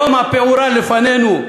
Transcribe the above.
הזה, התהום הפעורה לפנינו.